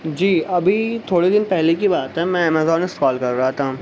جی ابھی تھوڑے دن پہلے کی بات ہے میں امازون اسکرال کر رہا تھا